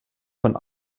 von